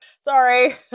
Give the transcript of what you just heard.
Sorry